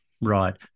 Right